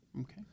Okay